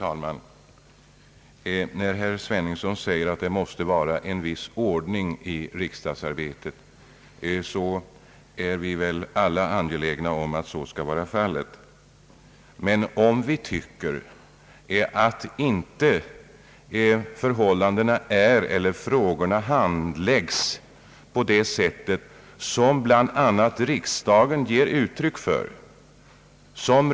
Herr talman! Herr Sveningsson säger att det måste vara en viss ordning i riksdagsarbetet, och vi är väl alla angelägna om att så skall vara fallet. Men om vi tycker att förhållandena inte är riktiga eller att frågorna inte handläggs i enlighet med riksdagens beslut — tt.ex.